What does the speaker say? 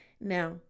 Now